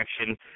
action